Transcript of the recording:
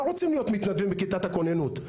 רוצים להיות מתנדבים בכיתת הכוננות.